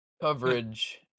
Coverage